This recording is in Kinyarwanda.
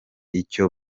icyo